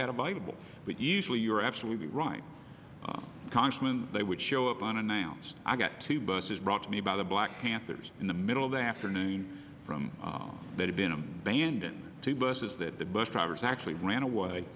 had a bible but usually you're absolutely right congressman they would show up unannounced i got two buses brought to me about the black panthers in the middle of the afternoon from that have been abandoned to buses that the bus drivers actually ran away